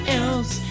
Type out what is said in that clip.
else